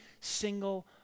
single